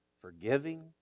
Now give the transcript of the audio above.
forgiving